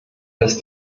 als